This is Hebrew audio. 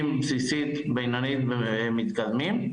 מתחילים, בסיסית, בינונית ומתקדמים.